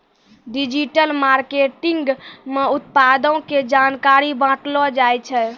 digital marketing मे उत्पादो के जानकारी बांटलो जाय छै